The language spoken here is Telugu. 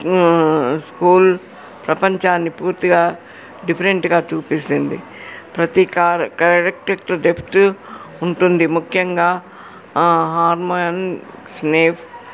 స్కూల్ ప్రపంచాన్ని పూర్తిగా డిఫరెంట్గా చూపిస్తుంది ప్రతి క క్యారెక్టర్ డెప్త్ ఉంటుంది ముఖ్యంగా హార్మోయన్ స్నేఫ్